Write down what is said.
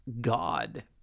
God